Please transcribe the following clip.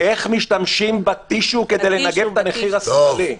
איך משתמשים בטישו כדי לנגב את הנחיר השמאלי.